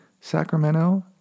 Sacramento